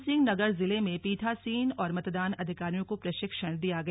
उधमसिंह नगर जिले में पीठासीन और मतदान अधिकारियों को प्रशिक्षण दिया गया